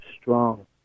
strong